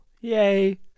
Yay